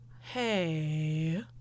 Hey